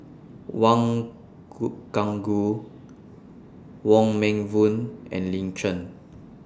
Wang Gungwu Wong Meng Voon and Lin Chen